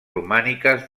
romàniques